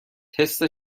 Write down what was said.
تست